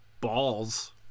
balls